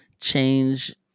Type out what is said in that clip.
change